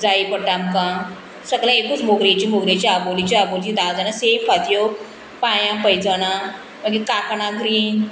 जाय पडटा आमकां सगल्या एकूच मोगरेची मोगरेची आबोलीची आबोली धा जाणांक सेम फांत्यो पांयां पयजाणां मागीर कांकणां ग्रीन